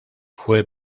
fue